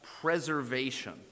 preservation